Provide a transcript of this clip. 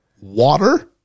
water